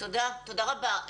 תודה רבה.